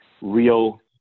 real